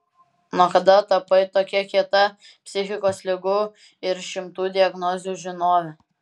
nuo kada tapai tokia kieta psichikos ligų ir šimtų diagnozių žinove